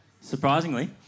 surprisingly